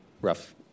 rough